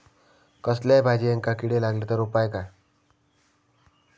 कसल्याय भाजायेंका किडे लागले तर उपाय काय?